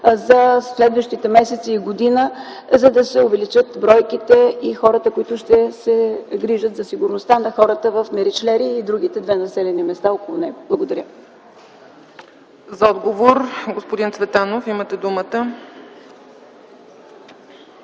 за следващите месеци и година, за да се увеличат бройките и хората, които ще се грижат за сигурността на хората в Меричлери и другите две населени места около него? Благодаря. ПРЕДСЕДАТЕЛ ЦЕЦКА ЦАЧЕВА: Господин Цветанов, имате думата